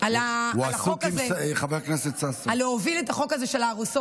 על שהובלת את החוק הזה של הארוסות.